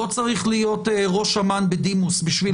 לא צריך להיות ראש אמ"ן בדימוס בשביל